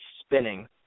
spinning